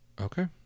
Okay